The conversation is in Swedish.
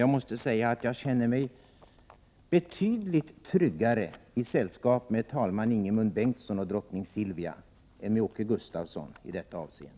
Jag måste säga att jag i detta avseende känner mig betydligt tryggare i sällskap med talman Ingemund Bengtsson och drottning Silvia än med Åke Gustavsson.